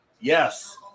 Yes